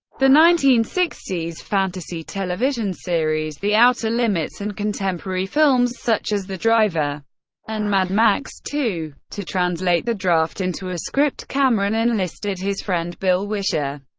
the nineteen sixty s fantasy television series the outer limits, and contemporary films such as the driver and mad max two. to translate the draft into a script, cameron enlisted his friend bill wisher,